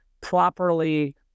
properly